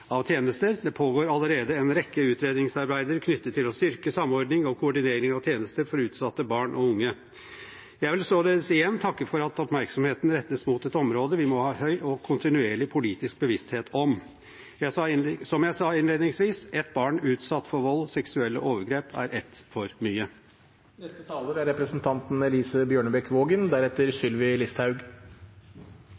av tjenester. Det pågår allerede en rekke utredningsarbeider knyttet til å styrke samordning og koordinering av tjenester for utsatte barn og unge. Jeg vil således igjen takke for at oppmerksomheten rettes mot et område vi må ha høy og kontinuerlig politisk bevissthet om. Som jeg sa innledningsvis: Ett barn utsatt for vold eller seksuelle overgrep er ett for mye. Som det er